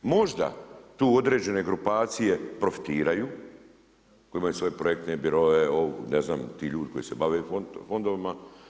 Možda tu određene grupacije profitiraju koje imaju svoje projektne biroe, ne znam ti ljudi koji se bave fondovima.